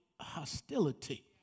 hostility